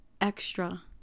extra